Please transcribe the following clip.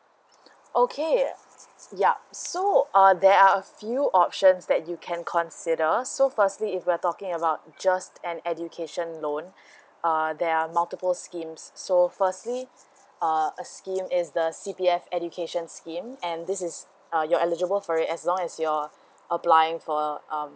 okay yup so uh there are a few options that you can consider so firstly if you're talking about just an education loan uh there are multiple schemes so firstly uh a scheme is the C_P_F education schemes and this is uh you're eligible for it as long as you're applying for um